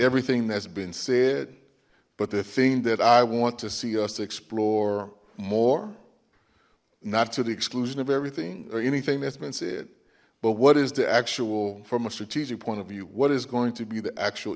everything that's been said but the thing that i want to see us explore more not to the exclusion of everything or anything that's been said but what is the actual from a strategic point of view what is going to be the actual